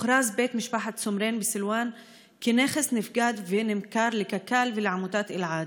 הוכרז בית משפחת סומרין בסילוואן כנכס נפקד ונמכר לקק"ל ולעמותת אלעד.